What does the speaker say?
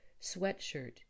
sweatshirt